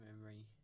memory